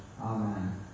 Amen